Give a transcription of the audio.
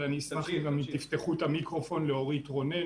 אבל אשמח אם גם תפתחו את המיקרופון לאורית רונן.